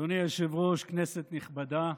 אדוני היושב-ראש, כנסת נכבדה,